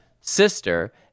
sister